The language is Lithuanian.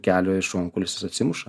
kelio į šonkaulius jis atsimuša